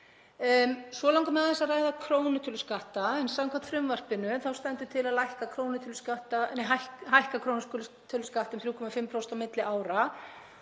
Svo langar mig aðeins að ræða krónutöluskatta en samkvæmt frumvarpinu stendur til að hækka krónutöluskatta um 3,5% á milli ára.